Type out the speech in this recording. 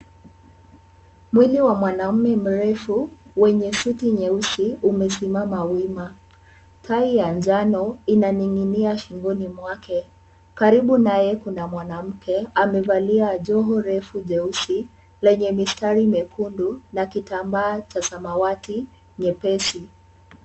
Mwili wa mwanaume mrefu wenye suti nyeusi umesimama wima. Tai ya njano inaning'inia shingoni mwake. Karibu naye kuna mwanamke amevalia joho refu jeusi lenye mistari mekundu na kitambaa cha samawati nyepesi.